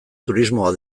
turismo